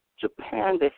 Japan